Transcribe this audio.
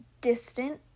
distant